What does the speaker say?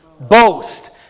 boast